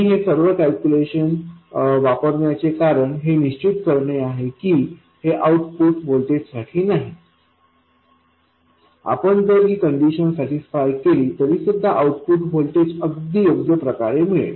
मी हे सर्व कॅल्क्युलेशन वापरण्याचे कारण हे निश्चित करणे आहे की हे आउटपुट व्होल्टेजसाठी नाही आपण जर ही कंडिशन सॅटिस्फाय केली तरीसुद्धा आउटपुट व्होल्टेज अगदी योग्य प्रकारे मिळेल